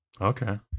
Okay